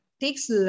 takes